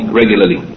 regularly